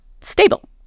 stable